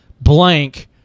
blank